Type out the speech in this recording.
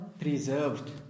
Preserved